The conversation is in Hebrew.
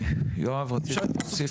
יואב, רצית להוסיף?